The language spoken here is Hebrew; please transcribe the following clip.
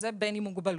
שזה בן עם מוגבלות.